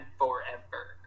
forever